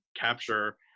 capture